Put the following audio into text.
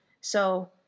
So-